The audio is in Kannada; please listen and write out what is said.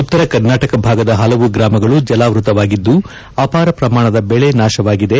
ಉತ್ತರ ಕರ್ನಾಟಕ ಭಾಗದ ಹಲವು ಗ್ರಾಮಗಳು ಜಲಾವೃತವಾಗಿದ್ದು ಅಪಾರ ಪ್ರಮಾಣದ ಬೆಳೆ ನಾಶವಾಗಿದೆ